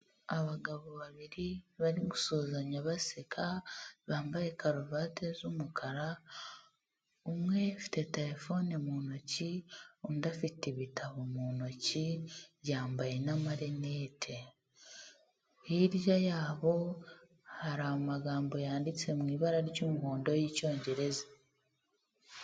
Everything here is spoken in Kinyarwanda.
Abagabo babiri barigusuhuzanya baseka, bambaye karuvati z'umukara, umwe afite telefone mu ntoki, undi afite ibitabo mu ntoki, yambaye n'amarinete, hirya yabo hari amagambo yanditse mu ibara ry'umuhondo y'icyongereza.